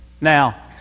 Now